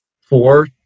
four